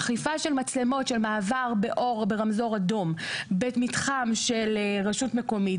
אכיפת מצלמות של מעבר ברמזור אדום במתחם של רשות מקומית,